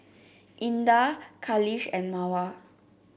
Indah Khalish and Mawar